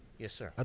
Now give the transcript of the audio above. yes sir. ah